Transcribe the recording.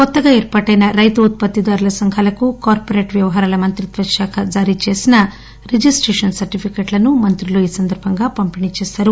కొత్తగా ఏర్పాటిన రైతు ఉత్పత్తిదారుల సంఘాలకు కార్పోరేట్ వ్యవహారాల మంత్రిత్వ శాఖ జారీ చేసిన రిజిస్టేషన్ సర్టిఫికెట్లను మంత్రులు పంపిణీ చేశారు